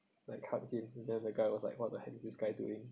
like hug him and then the guy was like what the heck is this guy doing